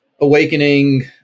awakening